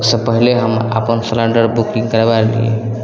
ओहिसे पहिले हम अपन हिलेण्डर बुकिन्ग करबै लेलिए